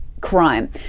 crime